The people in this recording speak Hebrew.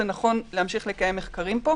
נכון להמשיך לקיים פה מחקרים.